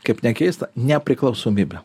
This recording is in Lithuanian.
kaip nekeista nepriklausomybė